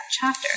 chapter